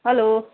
hello